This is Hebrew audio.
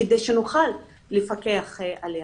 כדי שנוכל לפקח עליה.